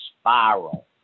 spiral